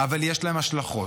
אבל יש להם השלכות.